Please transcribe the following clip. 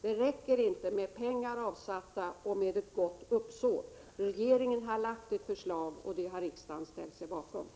Det räcker inte med pengar som är avsatta och med ett gott uppsåt. Regeringen har lagt fram ett förslag, och det har riksdagen ställt sig bakom.